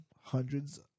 hundreds